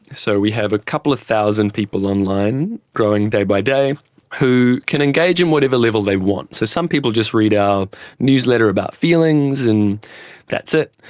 so we have a couple of thousand people online growing day by day who can engage in whatever level they want. so some people just read our newsletter about feelings and that's it.